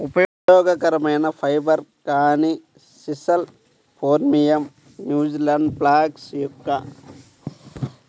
ఉపయోగకరమైన ఫైబర్, కానీ sisal phormium, New Zealand flax yucca